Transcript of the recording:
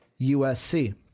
USC